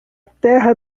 terra